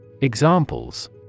Examples